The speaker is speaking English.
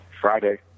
Friday